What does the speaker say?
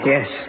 Yes